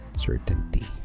certainty